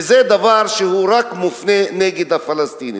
וזה דבר שהוא רק מופנה נגד הפלסטינים.